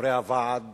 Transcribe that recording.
חברי הוועד